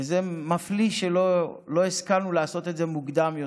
וזה מפליא שלא השכלנו לעשות את זה מוקדם יותר.